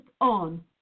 on